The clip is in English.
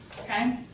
Okay